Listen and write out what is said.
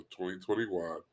2021